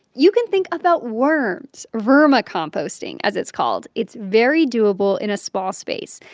you can think about worms vermicomposting, as it's called. it's very doable in a small space.